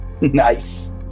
Nice